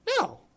no